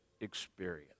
experience